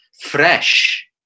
fresh